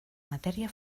matèria